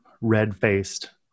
red-faced